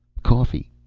coffee.